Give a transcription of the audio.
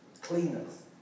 cleaners